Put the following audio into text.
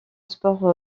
sport